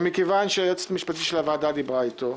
ומכיוון שהיועצת המשפטית של הוועדה דיברה איתו,